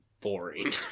Boring